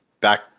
back